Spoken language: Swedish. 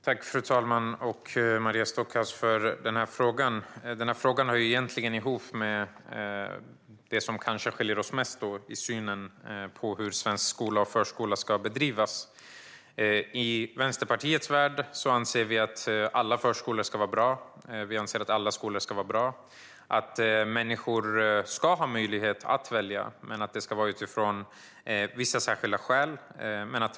Fru talman! Tack, Maria Stockhaus, för frågan! Den hör egentligen ihop med det som kanske skiljer oss mest åt när det gäller synen på hur svensk skola och förskola ska bedrivas. I Vänsterpartiets värld anser vi att alla förskolor ska vara bra, och vi anser att alla skolor ska vara bra. Vi anser att människor ska ha möjlighet att välja, men det ska vara utifrån vissa särskilda skäl.